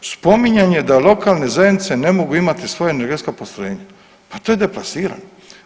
Spominjanje da lokalne zajednice ne mogu imati svoja energetska postrojenja, pa to je deplasirano.